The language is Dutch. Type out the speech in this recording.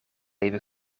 even